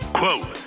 quote